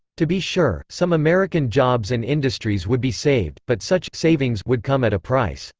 to be sure, some american jobs and industries would be saved, but such savings would come at a price.